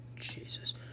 Jesus